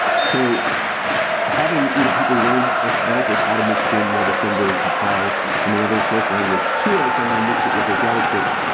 so having you know people learn, as developers, how to mix in webassembly and compile from another source language two of assembly mix it with their javascript.